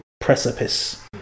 precipice